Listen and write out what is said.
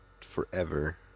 forever